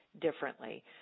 differently